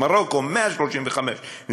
מרוקו 135 נציגויות,